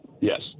Yes